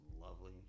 lovely